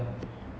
so